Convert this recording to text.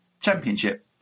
championship